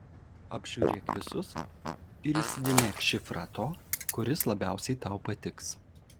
apžiūrėk visus ir įsidėmėk šifrą to kuris labiausiai tau patiks